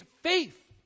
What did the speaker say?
faith